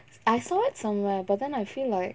I saw it somewhere but then I feel like